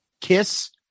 kiss